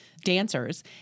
dancers